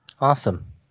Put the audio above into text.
awesome